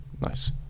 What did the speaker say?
Nice